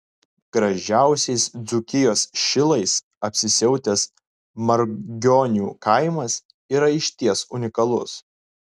gražiausiais dzūkijos šilais apsisiautęs margionių kaimas yra išties unikalus